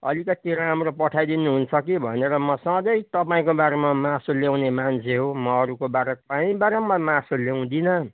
अलिकति राम्रो पठाइदिनु हुन्छ कि भनेर म सधैँ तपाईँकोबाट म मासु ल्याउने मान्छे हो म अरूको बाट काहीँबाट मासु ल्याउँदिनँ